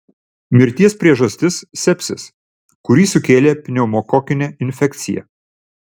mirties priežastis sepsis kurį sukėlė pneumokokinė infekcija